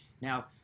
Now